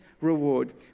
reward